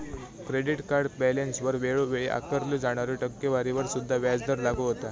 credit card बॅलन्सवर वेळोवेळी आकारल्यो जाणाऱ्या टक्केवारीवर सुद्धा व्याजदर लागू होता